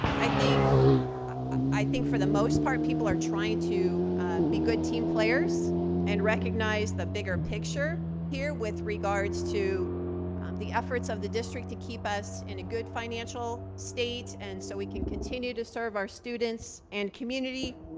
i think i think for the most part people are trying to be good team players and recognize the bigger picture here with regards to the efforts of the district to keep us in a good financial state. and so we can continue to serve our students and community.